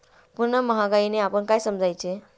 पुन्हा महागाईने आपण काय समजायचे?